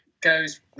goes